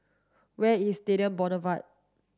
where is Stadium Boulevard